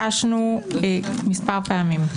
ביקשנו מספר פעמים,